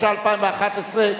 התשע"א 2011,